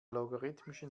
logarithmischen